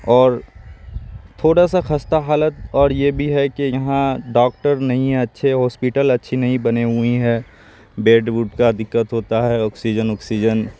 اور تھوڑا سا خستہ حالت اور یہ بھی ہے کہ یہاں ڈاکٹر نہیں ہیں اچھے ہاسپٹل اچھے نہیں بنی ہوئی ہیں بیڈ وڈ کا دقت ہوتا ہے آکسیجن اکسیجن